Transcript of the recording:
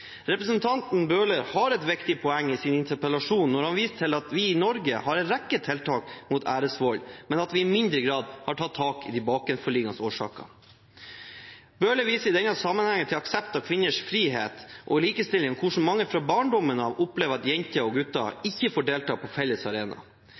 Representanten Bøhler har et viktig poeng i sin interpellasjon når han viser til at vi i Norge har en rekke tiltak mot æresvold, men at vi i mindre grad har tatt tak i de bakenforliggende årsakene. Bøhler viser i denne sammenhengen til aksept av kvinners frihet og likestilling og hvordan mange fra barndommen av opplever at jenter og gutter